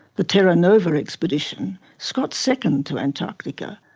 the terra nova expedition, scott's second to antarctica,